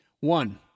One